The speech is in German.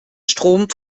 strom